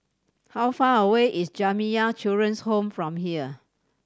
how far away is Jamiyah Children's Home from here